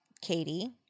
Katie